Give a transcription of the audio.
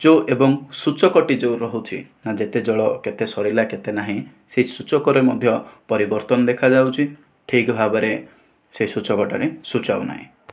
ଯେଉଁ ଏବଂ ସୂଚକଟି ଯେଉଁ ରହୁଛି ବା ଜଳ କେତେ ସରିଲା କେତେ ନାହିଁ ସେ ସୂଚକରେ ମଧ୍ୟ ପରିବର୍ତ୍ତନ ଦେଖାଯାଉଛି ଠିକ ଭାବରେ ସେ ସୂଚକ ଟାରେ ସୂଚାଉ ନାହିଁ